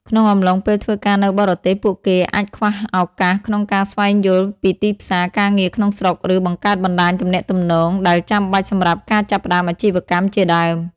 ក្នុងអំឡុងពេលធ្វើការនៅបរទេសពួកគេអាចខ្វះឱកាសក្នុងការស្វែងយល់ពីទីផ្សារការងារក្នុងស្រុកឬបង្កើតបណ្តាញទំនាក់ទំនងដែលចាំបាច់សម្រាប់ការចាប់ផ្តើមអាជីវកម្មជាដើម។